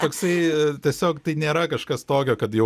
toksai tiesiog tai nėra kažkas tokio kad jau